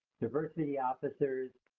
diversity officers,